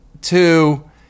Two